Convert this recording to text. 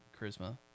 Charisma